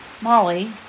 Molly